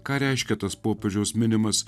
ką reiškia tas popiežiaus minimas